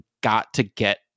got-to-get